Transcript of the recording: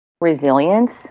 resilience